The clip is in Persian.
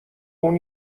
اون